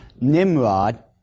Nimrod